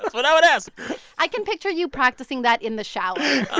what i would ask i can picture you practicing that in the shower oh,